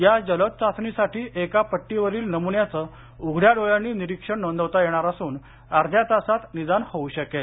या जलद चाचणी साठी एका पट्टीवरील नमुन्याचं उघड्या डोळ्यांनी निरीक्षण नोंदवता येणार असून अर्ध्या तासात निदान होऊ शकेल